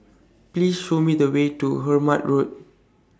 Please Show Me The Way to Hemmant Road